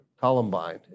Columbine